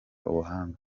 ubuhanga